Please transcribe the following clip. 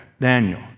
Daniel